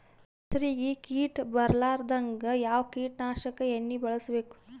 ಹೆಸರಿಗಿ ಕೀಟ ಬರಲಾರದಂಗ ಯಾವ ಕೀಟನಾಶಕ ಎಣ್ಣಿಬಳಸಬೇಕು?